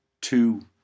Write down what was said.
two